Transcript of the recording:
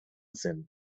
zen